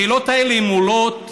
השאלות האלה מועלות,